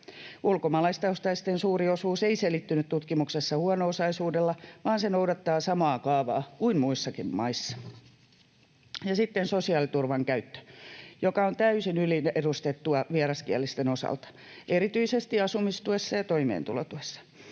Ulkomaalaistaustaisten suuri osuus ei selittynyt tutkimuksessa huono-osaisuudella, vaan se noudattaa samaa kaavaa kuin muissakin maissa. Ja sitten sosiaaliturvan käyttö, joka on täysin yliedustettua vieraskielisten osalta, erityisesti asumistuessa ja toimeentulotuessa.